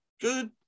good